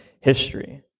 history